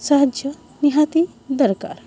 ସାହାଯ୍ୟ ନିହାତି ଦରକାର